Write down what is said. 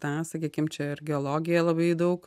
tą sakykim čia ir geologija labai daug